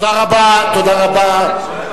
תודה רבה, תודה רבה.